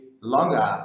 longer